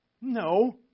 No